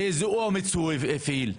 ואיזה אומץ הוא הפעיל,